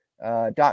dot